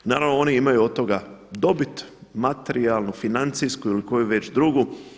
Naravno oni imaju od toga dobit, materijalnu, financijsku ili koju već drugu.